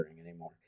anymore